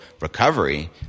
recovery